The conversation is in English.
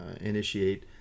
initiate